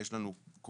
יש לנו כוח